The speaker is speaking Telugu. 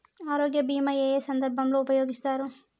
ఆరోగ్య బీమా ఏ ఏ సందర్భంలో ఉపయోగిస్తారు?